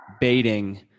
baiting